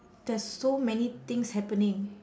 there's so many things happening